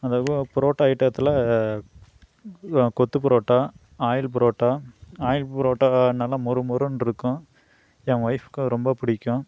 அதுவும் பரோட்டா ஐட்டத்தில் கொத்து பரோட்டா ஆயில் பரோட்டா ஆயில் பரோட்டா நல்லா மொறு மொறுன்னு இருக்கும் ஏன் ஒய்ஃபுக்கு ரொம்ப பிடிக்கும்